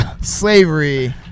Slavery